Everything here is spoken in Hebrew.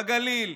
בגליל,